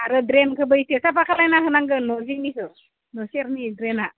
आरो ड्रेनखोबो एसे साफा खालायना होनांगोन न' जिंनिखो न' सेरनि ड्रेना